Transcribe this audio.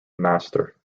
master